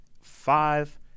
Five